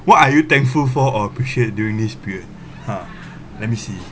what are you thankful for or appreciate during this period !huh! let me see